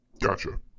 Gotcha